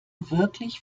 wirklich